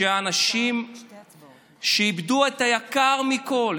שהאנשים שאיבדו את היקר מכול,